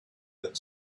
that